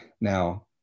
now